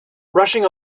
rushing